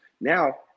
now